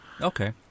Okay